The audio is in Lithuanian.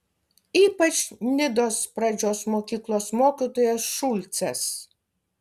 ypač nidos pradžios mokyklos mokytojas šulcas